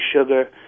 sugar